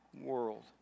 world